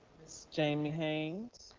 jamie haynes?